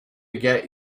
get